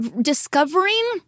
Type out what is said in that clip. discovering